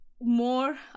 more